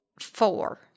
Four